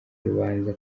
urubanza